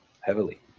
heavily